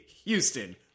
Houston